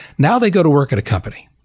now they go to work at a company,